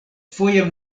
foje